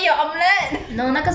no 那个是 rayon